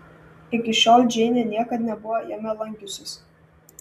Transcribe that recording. iki šiol džeinė niekad nebuvo jame lankiusis